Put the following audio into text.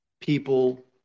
people